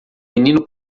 menino